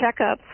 checkups